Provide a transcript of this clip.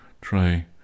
try